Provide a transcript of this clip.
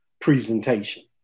Presentation